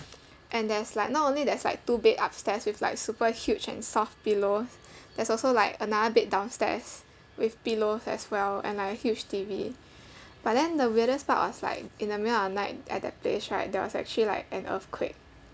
and there's like not only there's like two bed upstairs with like super huge and like soft pillows there's also like another bed downstairs with pillows as well and like a huge T_V but then the weirdest part was like in the middle of the night at that place right there was actually like an earthquake